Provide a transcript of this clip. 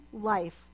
life